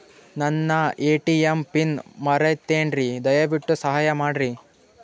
ನನ್ನ ATM PIN ಮರೆತೇನ್ರೀ, ದಯವಿಟ್ಟು ಸಹಾಯ ಮಾಡ್ರಿ